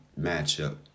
matchup